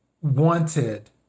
wanted